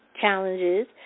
challenges